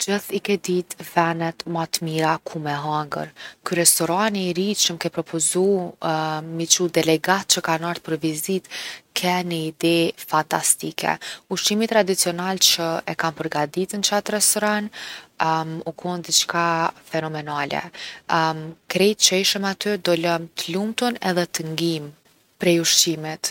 Gjithë i ke dit’ venet ma t’mira ku me hangër. Ky restorani i ri që m’ke propozu me i qu delegatë që kanë ardh për vizitë, ke ni ide fantastike. Ushqimi tradicional që e kan përgadit n’qat restoran u kon diçka fenomenale. krejt që ishim aty dulem t’lumtun edhe t’ngimë prej ushqimit.